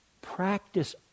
practice